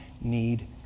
need